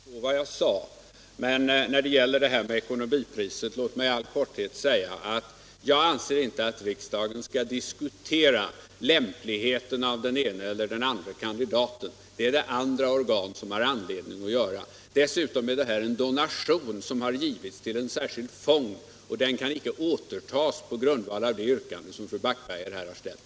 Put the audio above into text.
Herr talman! Jag vet inte om fru Backberger ansträngde sig att förstå vad jag sade. Men låt mig när det gäller ekonomipriset i all korthet säga att jag inte anser att riksdagen skall diskutera lämpligheten av den ene eller andre kandidaten. Det är det andra organ som har anledning att göra. Dessutom gäller det här en donation som gjorts till en särskild fond, och den kan icke återtas på grundval av det yrkande som fru Backberger här har ställt.